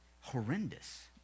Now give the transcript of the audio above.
horrendous